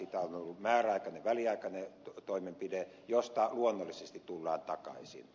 tämä on ollut määräaikainen väliaikainen toimenpide josta luonnollisesti tullaan takaisin